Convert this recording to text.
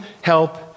help